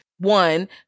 one